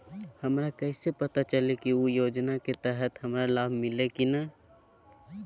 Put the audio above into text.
हमरा कैसे पता चली की उ योजना के तहत हमरा लाभ मिल्ले की न?